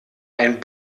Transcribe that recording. ein